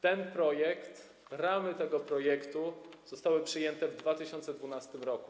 Ten projekt, ramy tego projektu zostały przyjęte w 2012 r.